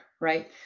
right